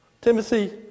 Timothy